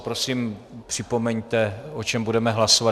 Prosím, připomeňte, o čem budeme hlasovat.